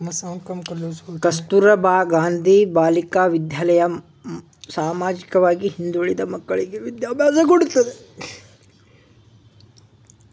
ಕಸ್ತೂರಬಾ ಗಾಂಧಿ ಬಾಲಿಕಾ ವಿದ್ಯಾಲಯ ಸಾಮಾಜಿಕವಾಗಿ ಹಿಂದುಳಿದ ಮಕ್ಕಳ್ಳಿಗೆ ವಿದ್ಯಾಭ್ಯಾಸ ಕೊಡ್ತಿದೆ